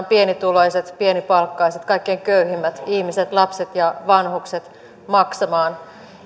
pienituloiset pienipalkkaiset kaikkein köyhimmät ihmiset lapset ja vanhukset maksamaan